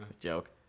Joke